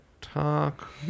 Talk